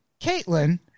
Caitlin